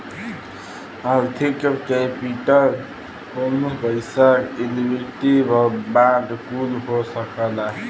आर्थिक केपिटल कउनो पइसा इक्विटी बांड कुल हो सकला